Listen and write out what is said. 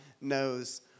knows